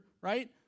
right